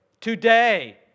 Today